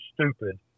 stupid